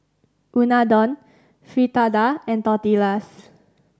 Unadon Fritada and Tortillas